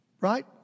right